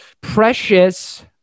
Precious